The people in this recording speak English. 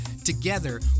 Together